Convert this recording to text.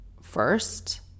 first